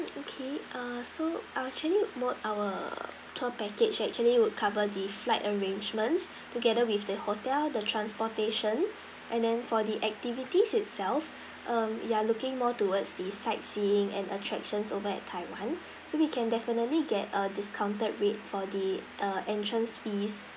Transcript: okay err so err can you look our tour package actually would cover the flight arrangements together with the hotel the transportation and then for the activities itself err you're looking more towards the sightseeing and attractions over at taiwan so we can definitely get a discounted rate for the err entrance fees